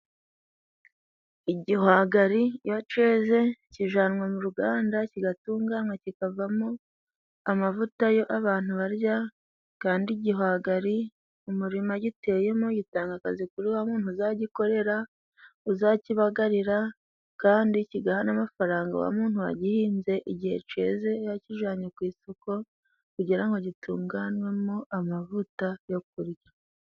Igihwagari iyo ceze kijanwa mu ruganda kigatunganywa kikavamo amavuta yo abantu barya. Kandi igihwagari umurima giteyemo gitanga akazi kuri wa muntu uzagikorera, uzakibagarira kandi kigaha n'amafaranga wa muntu wagihinze, igihe ceze yakijanye ku isoko kugira ngo gitunganywemo amavuta yo kurya.